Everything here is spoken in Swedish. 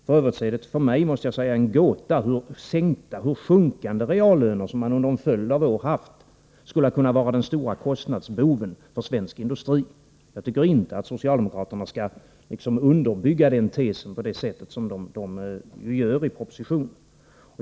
F. ö. är det för mig en gåta hur sjunkande reallöner, som vi har haft under en följd av år, skulle ha kunnat vara den stora kostnadsboven för svensk industri. Jag tycker inte att socialdemokraterna skall underbygga den tesen på det sätt som de gör i propositionen.